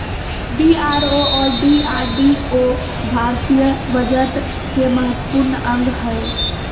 BRO और DRDO भारतीय budget के महत्वपूर्ण अंग हय